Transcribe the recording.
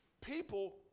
people